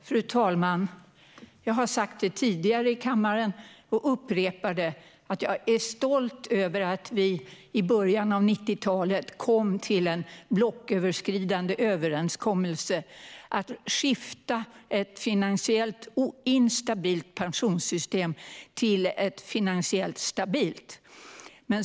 Fru talman! Jag har sagt det tidigare i kammaren, och jag upprepar det: Jag är stolt över att vi i början av 90-talet nådde en blocköverskridande överenskommelse om att skifta ett finansiellt instabilt pensionssystem till ett finansiellt stabilt system.